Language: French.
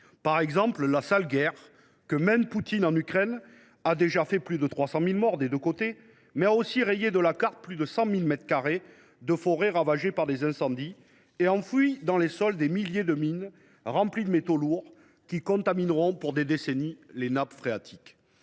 Par exemple, la sale guerre que mène Poutine en Ukraine a déjà fait plus de 300 000 morts des deux côtés, mais elle a aussi rayé de la carte plus de 100 000 mètres carrés de forêts, qui ont été ravagées par des incendies, et provoqué l’enfouissement dans les sols de milliers de mines remplies de métaux lourds, qui contamineront les nappes phréatiques